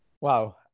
Wow